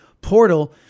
portal